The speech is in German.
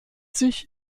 sich